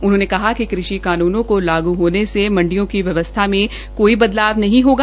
उन्होंने कहा कि कृषि कानूनों को लागू होने से मंडियो की व्यवस्था मे कोई बदलाव नहीं होग